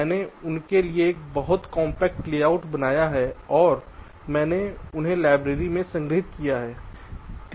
मैंने उनके लिए एक बहुत कॉम्पैक्ट लेआउट बनाया है और मैंने उन्हें लाइब्रेरी में संग्रहीत किया है